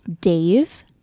Dave